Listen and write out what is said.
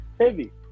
Heavy